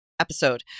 Episode